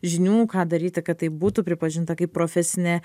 žinių ką daryti kad tai būtų pripažinta kaip profesinė